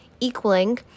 equaling